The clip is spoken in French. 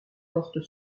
porte